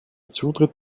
zutritt